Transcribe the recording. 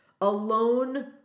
Alone